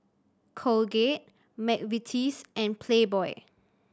Colgate McVitie's and Playboy